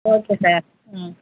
okay sir ம்